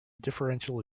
differential